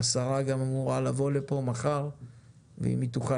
השרה גם אמורה לבוא לפה מחר ואם היא תוכל